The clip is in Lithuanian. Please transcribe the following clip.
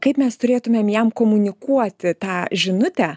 kaip mes turėtumėm jam komunikuoti tą žinutę